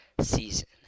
season